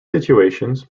situations